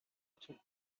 took